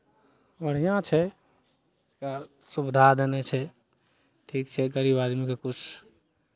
बढ़िआँ छै सरकार सुविधा देने छै ठीक छै गरीब आदमीकेँ किछु